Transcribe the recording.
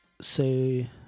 say